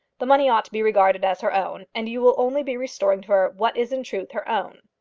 the money ought to be regarded as her own, and you will only be restoring to her what is in truth her own.